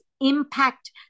impact